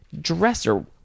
Dresser